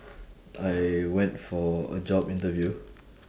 I went for a job interview